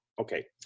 Okay